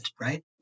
right